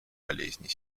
болезней